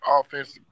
offensive